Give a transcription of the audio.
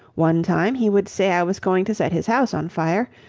one time he would say i was going to set his house on fire,